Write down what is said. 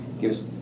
gives